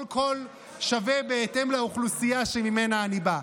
כל קול שווה בהתאם לאוכלוסייה שממנה אני בא.